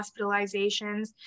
hospitalizations